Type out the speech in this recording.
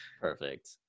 perfect